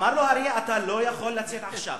אמר לו האריה: אתה לא יכול לצאת עכשיו.